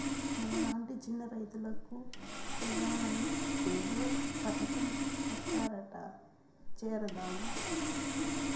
మనలాంటి చిన్న రైతులకు పెదాని ఏదో పథకం పెట్టారట చేరదామా